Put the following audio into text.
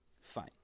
Fine